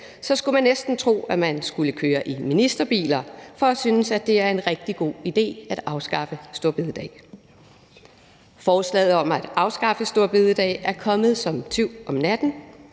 skulle man næsten tro, at man skulle køre i ministerbiler for at synes, at det er en rigtig god idé at afskaffe store bededag. Med forslaget om at afskaffe store bededag er man kommet som en tyv om natten.